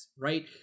right